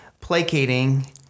placating